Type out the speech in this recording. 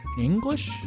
English